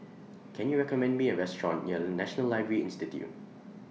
Can YOU recommend Me A Restaurant near National Library Institute